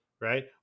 right